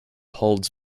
holds